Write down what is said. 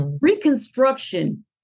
reconstruction